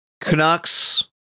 Canucks